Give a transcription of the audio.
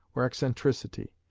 or eccentricity.